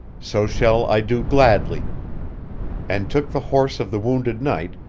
so shall i do gladly and took the horse of the wounded knight,